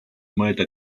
mõelda